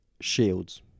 Shields